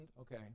okay